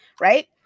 right